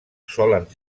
solen